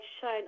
shine